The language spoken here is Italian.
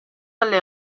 alle